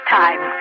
time